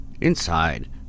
Inside